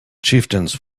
chieftains